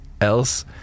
Else